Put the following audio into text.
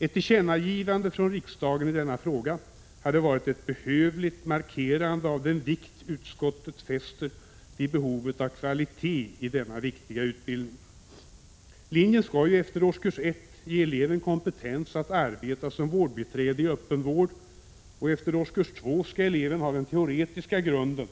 Ett tillkännagivande från riksdagen i denna fråga hade varit ett behövligt markerande av den vikt utskottet fäster vid behovet av kvalitet i denna viktiga utbildning. Linjen skall efter årskurs 1 ge eleven kompetens att arbeta som vårdbiträde i öppen vård, och efter årskurs 2 skall eleven ha den teoretiska grunden